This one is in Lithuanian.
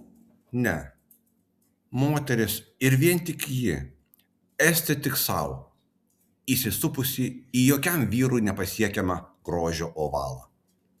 ne moteris ir vien tik ji esti tik sau įsisupusi į jokiam vyrui nepasiekiamą grožio ovalą